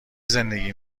زندگی